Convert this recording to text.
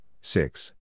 six